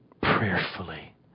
prayerfully